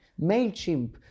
MailChimp